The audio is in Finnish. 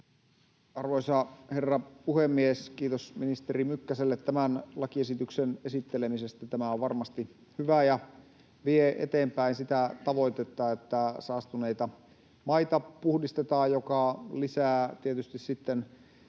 Arvoisa herra puhemies! Kiitos ministeri Mykkäselle tämän lakiesityksen esittelemisestä. Tämä on varmasti hyvä ja vie eteenpäin sitä tavoitetta, että saastuneita maita puhdistetaan, mikä lisää tietysti sitten